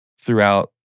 throughout